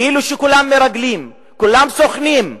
כאילו כולם מרגלים, כולם סוכנים.